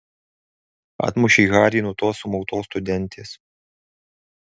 atmušei harį nuo tos sumautos studentės